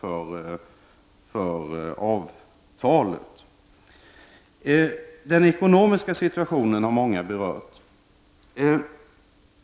Många har berört den ekonomiska situationen.